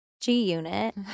G-Unit